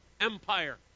Empire